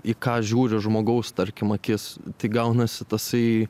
į ką žiūri žmogaus tarkim akis tai gaunasi tasai